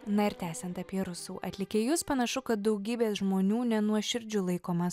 na ir tęsiant apie rusų atlikėjus panašu kad daugybės žmonių nenuoširdžiu laikomas